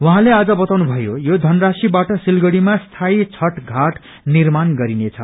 उहाँले आज बताउनु भयो यो धनराशीवाट सिलगड़ीमा स्थायि छठ घाट निर्माण गरिने छ